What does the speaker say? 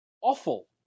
awful